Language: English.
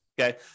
okay